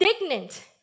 indignant